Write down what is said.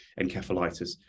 encephalitis